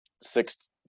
six